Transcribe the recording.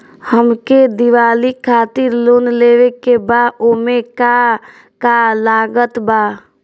हमके दिवाली खातिर लोन लेवे के बा ओमे का का लागत बा?